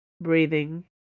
Breathing